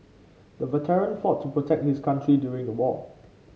the veteran fought to protect his country during the war